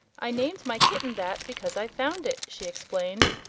i named my kitten that because i found it, she explained.